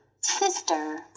Sister